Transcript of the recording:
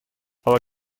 aber